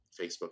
Facebook